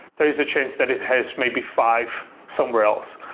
there is a chance that it has maybe five somewhere else.